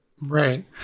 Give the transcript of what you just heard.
Right